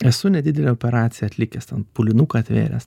esu nedidelę operaciją atlikęs ten pūlinuką atvėręs